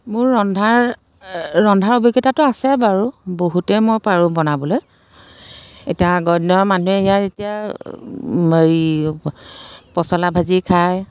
মোৰ ৰন্ধাৰ ৰন্ধাৰ অভিজ্ঞতাটো আছে বাৰু বহুতেই মই পাৰোঁ বনাবলৈ এতিয়া আগৰ দিনৰ মানুহে ইয়াত এতিয়া হেৰি পচলা ভাজি খায়